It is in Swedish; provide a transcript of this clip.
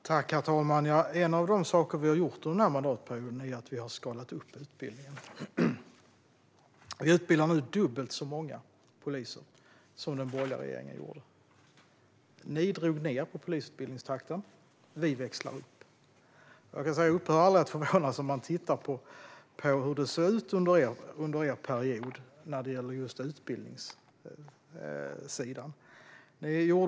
Herr talman! En av de saker vi har gjort under denna mandatperiod är att vi har skalat upp utbildningen. Vi utbildar nu dubbelt så många poliser som den borgerliga regeringen gjorde. Ni drog ned på polisutbildningstakten. Vi växlar upp. Jag upphör aldrig att förvånas när jag tittar på hur det såg ut under er period när det gällde just utbildningssidan.